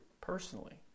personally